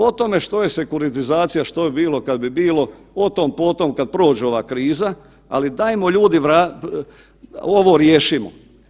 O tome što je sekuritizacija, što bi bilo kad bi bilo, o tom po tom, kad prođe ova kriza, ali dajmo ljudi ovo riješimo.